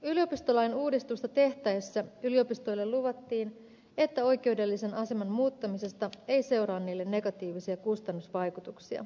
yliopistolain uudistusta tehtäessä yliopistoille luvattiin että oikeudellisen aseman muuttamisesta ei seuraa niille negatiivisia kustannusvaikutuksia